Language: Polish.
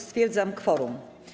Stwierdzam kworum.